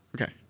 Okay